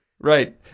Right